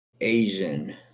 Asian